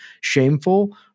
shameful